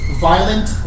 violent